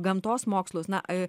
gamtos mokslus na